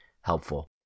helpful